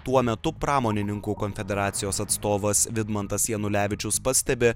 tuo metu pramonininkų konfederacijos atstovas vidmantas janulevičius pastebi